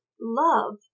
love